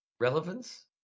Relevance